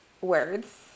words